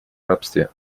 рабстве